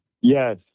yes